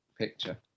picture